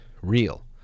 real